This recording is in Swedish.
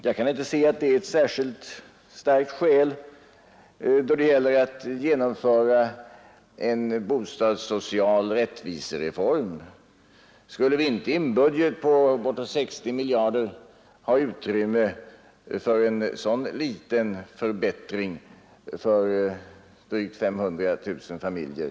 Jag kan inte se att det är ett särskilt starkt motargument när det gäller genomförande av en bostadssocial rättvisereform. Det är verkligen rätt ynkligt om det inte i en budget på närmare 60 miljarder kronor skulle finnas utrymme för en så billig förbättring för drygt 500 000 familjer.